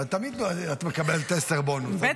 את תמיד מקבלת בונוס עשר, אז מה אכפת לך?